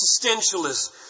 existentialism